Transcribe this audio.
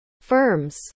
firms